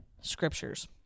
scriptures